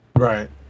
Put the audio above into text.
Right